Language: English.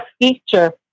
feature